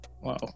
Wow